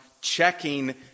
checking